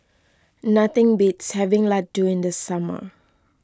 nothing beats having Laddu in the summer